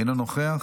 אינו נוכח,